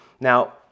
Now